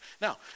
Now